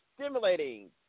stimulating